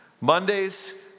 Mondays